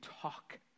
talk